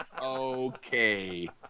Okay